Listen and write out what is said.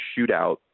shootout